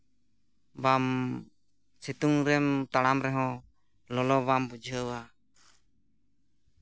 ᱵᱟᱢ ᱥᱤᱛᱩᱝ ᱨᱮᱢ ᱛᱟᱲᱟᱢ ᱨᱮᱦᱚᱸ ᱞᱚᱞᱚ ᱵᱟᱢ ᱵᱩᱡᱷᱟᱹᱣᱟ